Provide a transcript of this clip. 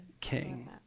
King